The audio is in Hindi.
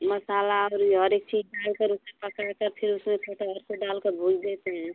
मसाला और ये हर एक चीज़ डालकर उसे पकाकर फिर उसमें कटहल को डालकर भूँज देते हैं